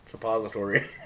suppository